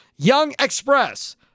YoungExpress